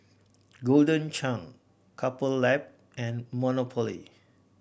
Golden Churn Couple Lab and Monopoly